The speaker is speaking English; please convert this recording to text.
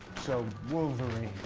so, wolverine.